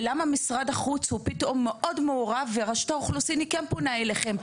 ולמה משרד החוץ פתאום מאוד מעורב ורשות האוכלוסין כן פונה אליכם?